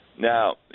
Now